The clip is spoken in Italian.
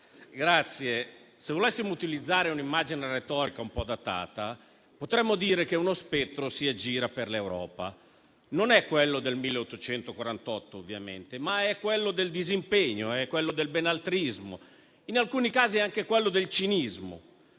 Se volessimo utilizzare un'immagine retorica un po' datata, potremmo dire che «uno spettro si aggira per l'Europa». Non è quello del 1848, ovviamente, ma è quello del disimpegno e del benaltrismo e, in alcuni casi, anche quello del cinismo.